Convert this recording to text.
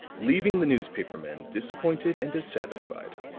leaving the newspaper men disappointed and dissatisfied,